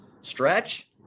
Stretch